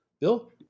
Bill